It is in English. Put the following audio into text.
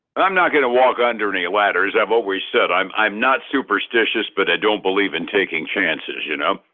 i'm not gonna walk underneath ladders i've always said i'm i'm not superstitious, but i don't believe in taking chances, you know?